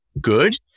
good